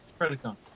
Predacon